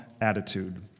attitude